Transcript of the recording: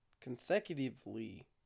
Consecutively